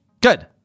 Good